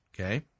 Okay